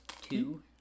two